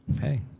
Hey